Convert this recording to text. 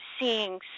seeing